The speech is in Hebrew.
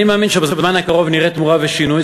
אני מאמין שבזמן הקרוב נראה תמורה ושינוי.